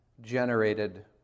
generated